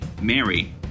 Mary